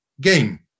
game